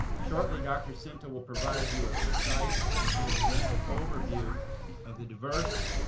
shortly dr. scinto will provide you a concise and comprehensive overview of the diverse,